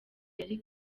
yari